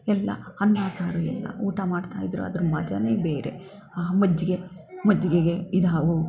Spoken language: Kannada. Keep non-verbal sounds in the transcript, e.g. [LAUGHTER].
ಎಲ್ಲ ಅನ್ನ ಸಾರು ಎಲ್ಲ ಊಟ ಮಾಡ್ತಾಯಿದ್ರು ಅದ್ರ ಮಜವೇ ಬೇರೆ ಆ ಮಜ್ಜಿಗೆ ಮಜ್ಜಿಗೆಗೆ ಇದು [UNINTELLIGIBLE]